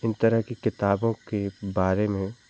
इन तरह की किताबों के बारे में